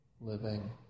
living